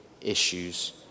issues